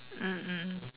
mm mm